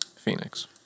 Phoenix